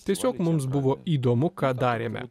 tiesiog mums buvo įdomu ką darėme